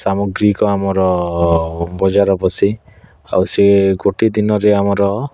ସାମଗ୍ରିକ ଆମର ବଜାର ବସେ ଆଉ ସେ ଗୋଟେ ଦିନରେ ଆମର